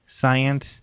Science